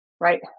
right